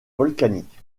volcanique